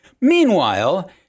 Meanwhile